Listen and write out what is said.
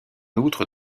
outre